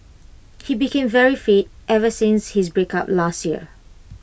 he became very fit ever since his breakup last year